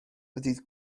ddydd